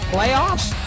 Playoffs